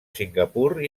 singapur